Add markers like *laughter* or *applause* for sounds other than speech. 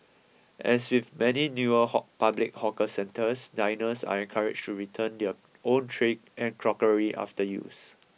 as with many newer *unintelligible* public hawker centres diners are encouraged to return their own tray and crockery after use